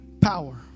power